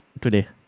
today